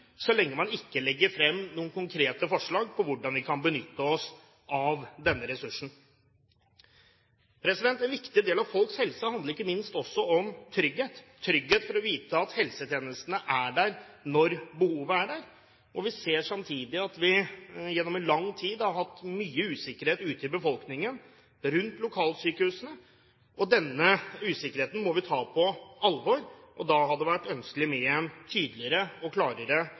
så lenge man ikke legger frem noen konkrete forslag på hvordan vi kan benytte oss av denne ressursen. En viktig del av folks helse handler ikke minst også om trygghet – trygghet for å vite at helsetjenestene er der når behovet er der. Vi ser samtidig at vi gjennom lang tid har hatt mye usikkerhet ute i befolkningen rundt lokalsykehusene. Denne usikkerheten må vi ta på alvor. Da hadde det vært ønskelig med en tydeligere og klarere